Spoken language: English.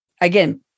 Again